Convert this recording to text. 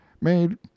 made